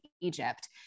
Egypt